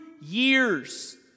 years